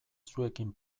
zuekin